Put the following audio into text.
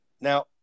Now